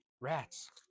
Rats